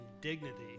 dignity